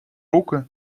руки